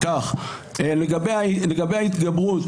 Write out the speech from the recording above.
לגבי ההתגברות,